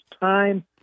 time